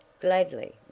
Gladly